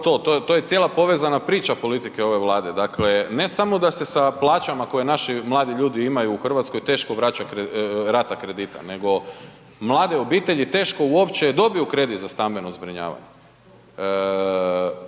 to je cijela povezana priča politike ove Vlade, dakle ne samo da se sa plaćama koje naši mladi imaju u Hrvatskoj teško vraća rata kredita, nego mlade obitelji teško uopće dobiju kredit za stambeno zbrinjavanje.